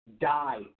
die